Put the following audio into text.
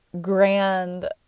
grand